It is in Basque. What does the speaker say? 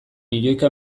milioika